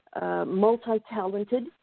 multi-talented